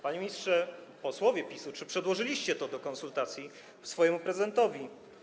Panie ministrze, posłowie PiS-u, czy przedłożyliście to do konsultacji swojemu prezydentowi?